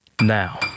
now